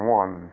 one